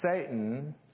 Satan